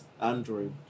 Android